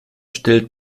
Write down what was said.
stellt